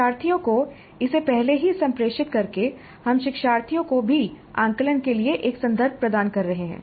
शिक्षार्थियों को इसे पहले ही संप्रेषित करके हम शिक्षार्थियों को भी आकलन के लिए एक संदर्भ प्रदान कर रहे हैं